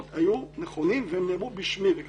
היו נכונים והם נאמרו בשמי והם מגובים לחלוטין על ידי.